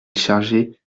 chargé